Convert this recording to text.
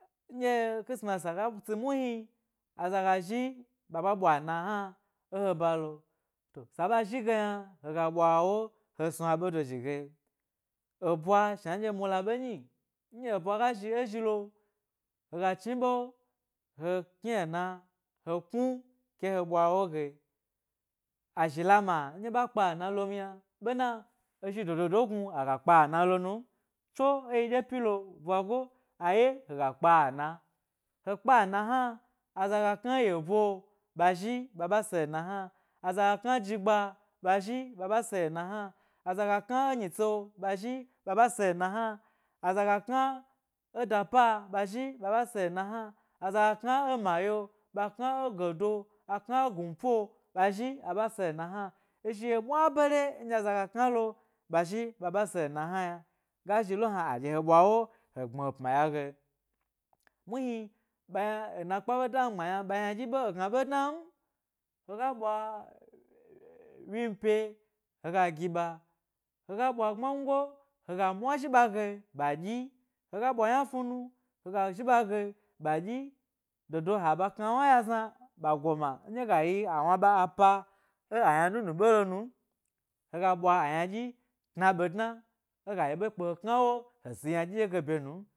Nɗye khisimas sa ga tsi muhni, aza ga zhi ɓa ɓa ɓwa ena hna e he balo, sa ɓa zhi ge yna hega ɓwa ewo he snu aɓe do zhi gee ebwa shna nɗye mula ɓe nyi nɗye ebwa ga zhi e zhilo hega chni ɓe he kni eno ha knu ke he ɓwa'wo ge azhi lama nɗye ɓa kpa ena lom yna ɓena ezhi dodo gnu aga kpa ena lo nu m tso emi ɗye pyilo, bwago aye aga kpa ena he kpa ena hna aza ga kna e yebu'o ɓa zhi ɓa ɓa si ena hna aza kna e jigba ɓa zhi ɓa ɓa si ena hna aza ga kna enyi tse ɓa zhi, ɓa ɓa si ena hna aza ga kna e dapa ɓa zhi ɓa ɓa si ena hna aza ga kna e maye ɓa kna e gedu o ɓa kna e gumpu'o ɓa zhi ɓa ɓa si ena hna ezhni yeo mwa bare nɗye aza ga kna lofa ɓa ɓa si ena hna yna, ga zhi lo hna aɗye he ɓwa he gbmi ee pma ya ge muhni ɓa ena kpe ɓe da mi gbma yna ɓa yna ɗiyi e gna ɓe dna m hega ɓwa a wyim pye, hega giɓa he ga ɓwa gbmango hega mwa zhi ɓa ge ɓa dyi hega yna fnum hega zhi ɓa ge ɓa dyi dodo ha ɓa kna wna ya zna ɓa goma nɗye e gayi awna ɓa apa e a yna nu nu ɓe loo nu m, hega ɓwa ayna ɗyi tna ɓe dna eyi ɓe kpe he kna wo he si ynadyu ɗye ge bye num.